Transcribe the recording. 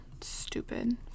stupid